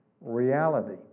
Reality